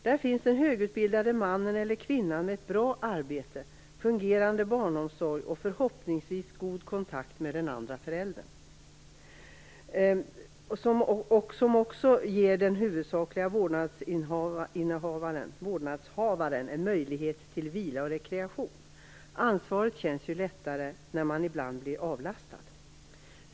Där finns den högutbildade mannen eller kvinnan med ett bra arbete, fungerande barnomsorg och förhoppningsvis god kontakt med den andra föräldern, något som ger den huvudsakliga vårdnadshavaren en möjlighet till vila och rekreation - ansvaret känns ju lättare när man ibland blir avlastad.